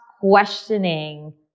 questioning